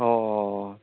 অঁ অঁ